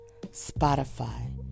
Spotify